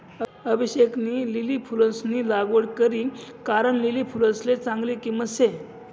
अभिषेकनी लिली फुलंसनी लागवड करी कारण लिली फुलसले चांगली किंमत शे